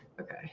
okay